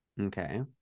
Okay